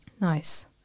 Nice